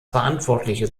verantwortliche